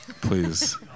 Please